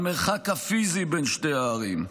המרחק הפיזי בין שתי הערים,